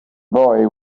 boy